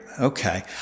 Okay